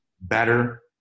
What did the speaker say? better